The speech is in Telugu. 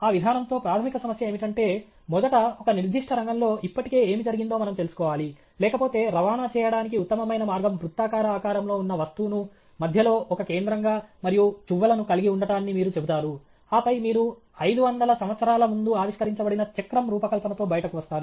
ఆ విధానంతో ప్రాథమిక సమస్య ఏమిటంటే మొదట ఒక నిర్దిష్ట రంగంలో ఇప్పటికే ఏమి జరిగిందో మనం తెలుసుకోవాలి లేకపోతే రవాణా చేయడానికి ఉత్తమమైన మార్గం వృత్తాకార ఆకారంలో ఉన్న వస్తువును మధ్యలో ఒక కేంద్రంగా మరియు చువ్వలను కలిగి ఉండటాన్ని మీరు చెబుతారు ఆపై మీరు 500 సంవత్సరాల ముందు ఆవిష్కరించబడిన చక్రం రూపకల్పనతో బయటకు వస్తారు